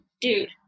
dude